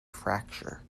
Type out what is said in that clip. fracture